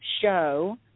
show